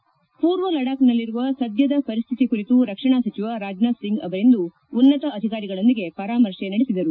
head ಮೂರ್ವ ಲಡಾಕ್ನಲ್ಲಿರುವ ಸದ್ದದ ವರಿಸ್ಲಿತಿ ಕುರಿತು ರಕ್ಷಣಾ ಸಚಿವ ರಾಜನಾಥ್ ಸಿಂಗ್ ಆವರಿಂದು ಉನ್ನತ ಅಧಿಕಾರಿಗಳೊಂದಿಗೆ ಪರಾಮರ್ಶೆ ನಡೆಸಿದರು